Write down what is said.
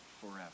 forever